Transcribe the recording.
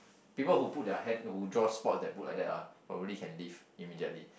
people who put their hand who draw spot that put like that ah already can leave immediately